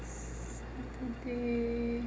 saturday